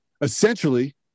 essentially